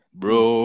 bro